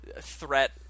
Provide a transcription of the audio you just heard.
threat